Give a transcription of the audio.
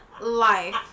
life